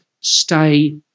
Stay